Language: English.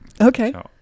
okay